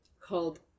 called